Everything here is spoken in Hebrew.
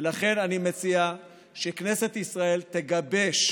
ולכן אני מציע שכנסת ישראל תגבש,